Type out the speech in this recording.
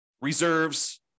reserves